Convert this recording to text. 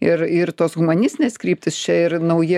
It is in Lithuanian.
ir ir tos humanistinės kryptys čia ir nauji